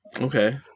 Okay